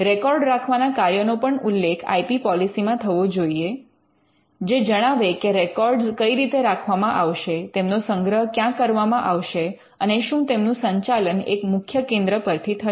record રાખવાના કાર્યનો પણ ઉલ્લેખ આઇ પી પૉલીસી મા થવો જોઈએ જે જણાવે કે રેકોર્ડ કઈ રીતે રાખવામાં આવશે તેમનો સંગ્રહ ક્યાં કરવામાં આવશે અને શું તેમનું સંચાલન એક મુખ્ય કેન્દ્ર પરથી થશે